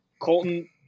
Colton